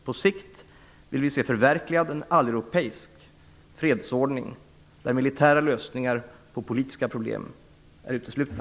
På sikt vill vi se en alleuropeisk fredsordning förverkligad, där militära lösningar på politiska problem är uteslutna.